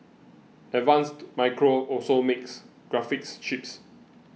advanced Micro also makes graphics chips